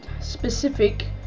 specific